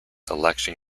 election